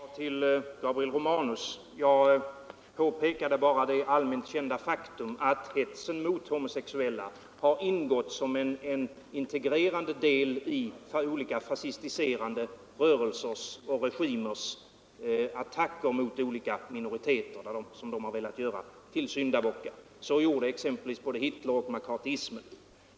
Herr talman! Till herr Romanus: Jag påpekade bara det kända faktum att hetsen mot homosexuella har ingått som en integrerande del i olika fascistiserande rörelser och regimers attacker mot olika minoriteter, som de har velat göra till syndabockar. Så gjorde exempelvis både Hitler och McCarthy.